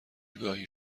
گاهی